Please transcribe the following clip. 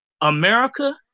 America